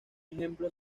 ejemplo